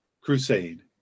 crusade